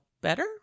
better